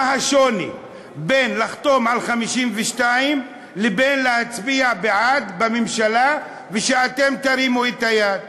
מה השוני בין לחתום על 52 לבין להצביע בעד בממשלה ושאתם תרימו את היד?